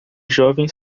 jovem